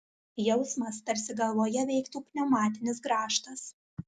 jausmas tarsi galvoje veiktų pneumatinis grąžtas